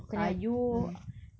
sayur